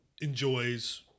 enjoys